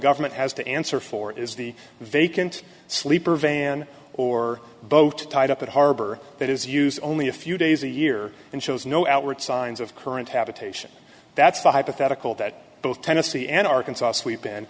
government has to answer for is the vacant sleeper van or boat tied up at harbor that is used only a few days a year and shows no outward signs of current habitation that's the hypothetical that both tennessee and arkansas sweep